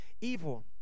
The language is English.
evil